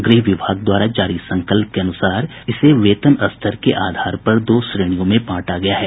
गृह विभाग द्वारा जारी संकल्प के अनुसार इसे वेतन स्तर के आधार पर दो श्रेणियों में बांटा गया है